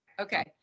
okay